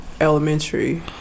elementary